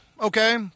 okay